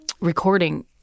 recording